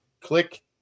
click